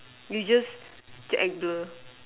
you just act blur